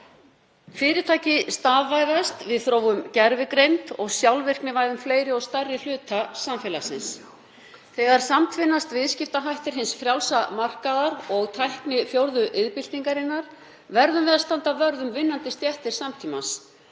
Fyrirtæki stafvæðast, við þróum gervigreind og sjálfvirknivæðum fleiri og stærri hluta samfélagsins. Þegar samtvinnast viðskiptahættir hins frjálsa markaðar og tækni fjórðu iðnbyltingarinnar verðum við að standa vörð um vinnandi stéttir samtímans,